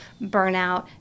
burnout